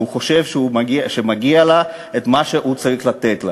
שהוא חושב שמגיע לה מה שהוא צריך לתת לה.